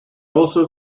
also